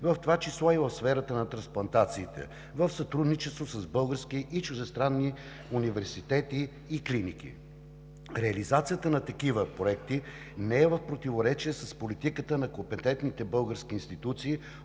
в това число и в сферата на трансплантациите, в сътрудничество с български и чуждестранни университети и клиники. Реализацията на такива проекти не е в противоречие с политиката на компетентните български институции,